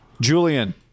Julian